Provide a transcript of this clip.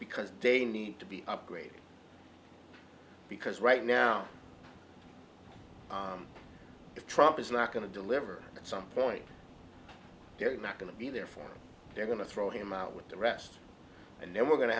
because they need to be upgraded because right now trump is not going to deliver at some point they're not going to be there for they're going to throw him out with the rest and then we're going to